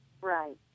Right